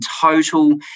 total